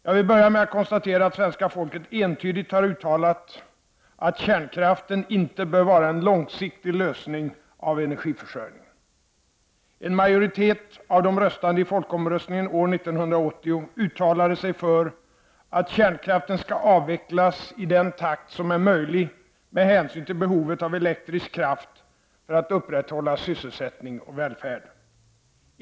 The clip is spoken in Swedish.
Jag vill börja med att konstatera att svenska folket entydigt har uttalat att kärnkraften inte bör vara en långsiktig lösning av energiförsörjningen. En majoritet av de röstande i folkomröstningen år 1980 uttalade sig för att kärnkraften skall avvecklas i den takt som är möjlig med hänsyn till behovet av elektrisk kraft för att upprätthålla sysselsättning och välfärd.